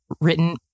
written